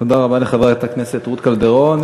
תודה רבה לחברת הכנסת רות קלדרון.